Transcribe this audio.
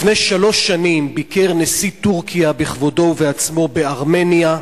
לפני שלוש שנים ביקר נשיא טורקיה בכבודו ובעצמו בארמניה,